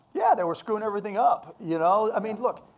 yeah, they were screwing everything up. you know i mean look,